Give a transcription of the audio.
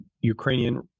Ukrainian